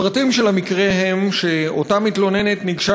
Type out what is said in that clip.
הפרטים של המקרה הם שאותה מתלוננת ניגשה